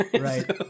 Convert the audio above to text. Right